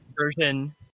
version